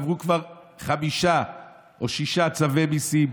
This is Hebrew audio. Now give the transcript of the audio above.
עברו כבר חמישה או שישה צווי מיסים,